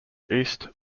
east